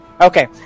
Okay